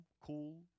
cool